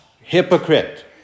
hypocrite